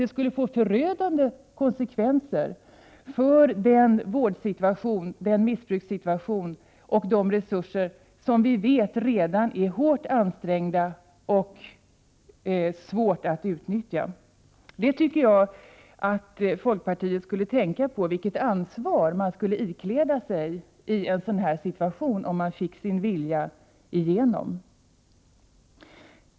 Det skulle få förödande konsekvenser med tanke på missbrukssituationen och resurserna, som vi vet redan är hårt ansträngda och svårutnyttjade. Jag tycker att folkpartiet borde tänka på vilket ansvar man ikläder sig i en sådan här situation, om man får igenom sin vilja.